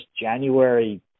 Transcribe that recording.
January